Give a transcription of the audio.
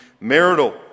marital